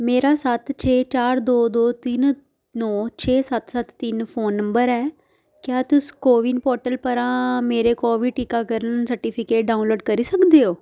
मेरा सत्त छे चार दो दो तिन नौ छे सत्त सत्त तिन फोन नंबर ऐ क्या तुस को विन पोर्टल परा मेरा कोविड टीकाकरण सर्टिफिकेट डाउनलोड करी सकदे ओ